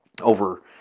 over